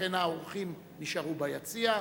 ולכן האורחים יישארו ביציע.